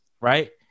Right